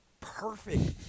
perfect